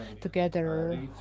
together